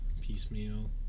piecemeal